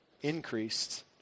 increased